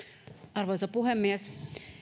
arvoisa puhemies